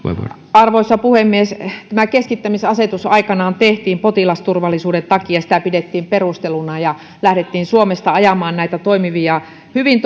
arvoisa puhemies keskittämisasetus tehtiin aikanaan potilasturvallisuuden takia sitä pidettiin perusteluna ja lähdettiin suomesta ajamaan näitä hyvin